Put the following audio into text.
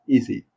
Easy